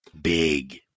big